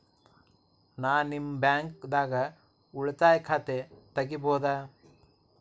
ನಾ ನಿಮ್ಮ ಬ್ಯಾಂಕ್ ದಾಗ ಉಳಿತಾಯ ಖಾತೆ ತೆಗಿಬಹುದ?